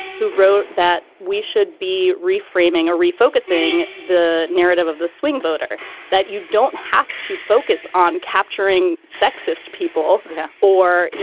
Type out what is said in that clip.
who wrote that we should be reframing a refocusing the narrative of the swing voter that you don't have to focus on capturing sexist people yeah or,